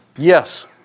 Yes